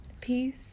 peace